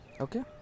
Okay